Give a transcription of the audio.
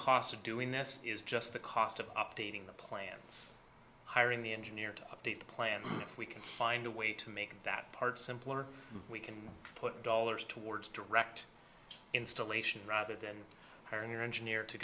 cost of doing this is just the cost of updating the plants hiring the engineer to update the plant we can find a way to make that part simpler we can put dollars towards direct installation rather than hiring your engineer to